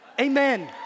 Amen